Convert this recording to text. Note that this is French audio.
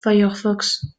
firefox